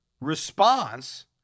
response